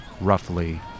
roughly